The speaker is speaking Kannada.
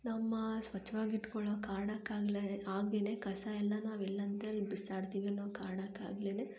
ನಮ್ಮ ಸ್ವಚ್ವಾಗಿ ಇಟ್ಕೊಳ್ಳೋ ಕಾರಣಕ್ಕಾಗ್ಲೇ ಆಗೆನೆ ಕಸ ಎಲ್ಲ ನಾವು ಎಲ್ಲೆಂದ್ರಲ್ಲಿ ಬಿಸಾಡ್ತೀವನ್ನೋ ಕಾರಣಕ್ಕಾಗ್ಲೇನೇ